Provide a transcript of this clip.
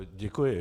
Děkuji.